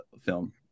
film